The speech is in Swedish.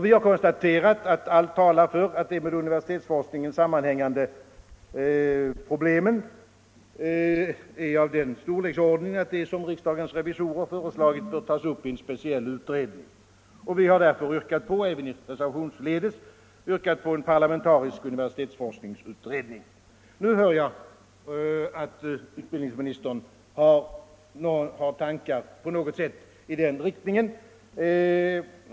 Vi har konstaterat att allt talar för att de med universitetsforskningen sammanhängande problemen är av den storleksordningen att de, såsom riksdagens revisorer föreslagit, bör tas upp i en speciell utredning. Vi har därför reservationsledes yrkat på tillsättandet av en parlamentarisk universitetsforskningsutredning. Nu hör jag att också utbildningsministern har tankar på någonting i den riktningen.